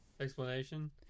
Explanation